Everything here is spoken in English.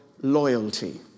loyalty